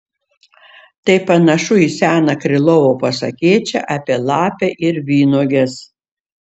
tai panašu į seną krylovo pasakėčią apie lapę ir vynuoges